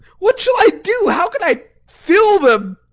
what shall i do? how can i fill them?